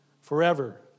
forever